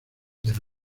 del